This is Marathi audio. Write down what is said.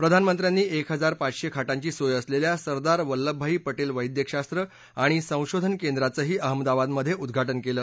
प्रधानमंत्र्यांनी एक हजार पाचशे खाटांची सोय असलेल्या सरदार वल्लभभाई पटेल वैद्यकशास्त्र आणि संशोधन केंद्राचं ही अहमदाबाद मधे उद्घाटन केलं